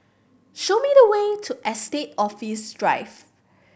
show me the way to Estate Office Drive